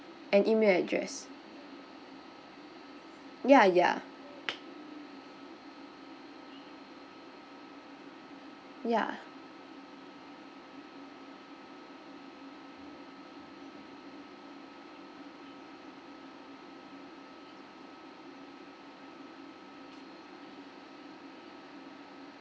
and email address ya ya ya